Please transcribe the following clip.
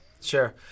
sure